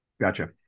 gotcha